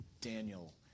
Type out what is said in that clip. Daniel